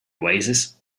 oasis